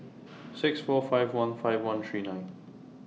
six four five one five one three nine